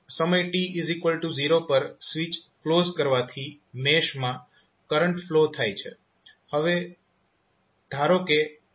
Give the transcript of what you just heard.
સમય t0 પર switch close કરવાથી મેશ માં કરંટ ફ્લો થાય છે ધારો કે આ i છે